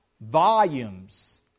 volumes